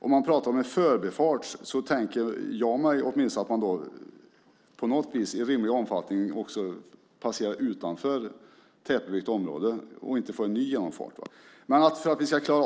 När man talar om en förbifart tänker åtminstone jag på att den i rimlig omfattning ska passera utanför tätbebyggt område, inte att man får en ny genomfart. Det positiva som nu händer gäller stålindustrin i Degerfors.